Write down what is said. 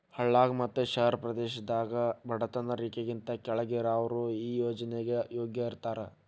ಹಳ್ಳಾಗ ಮತ್ತ ಶಹರ ಪ್ರದೇಶದಾಗ ಬಡತನ ರೇಖೆಗಿಂತ ಕೆಳ್ಗ್ ಇರಾವ್ರು ಈ ಯೋಜ್ನೆಗೆ ಯೋಗ್ಯ ಇರ್ತಾರ